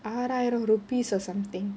ஆறு ஆயிரம்:aaru aayiram rupees or something